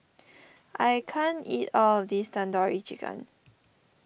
I can't eat all of this Tandoori Chicken